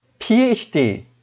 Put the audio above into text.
PhD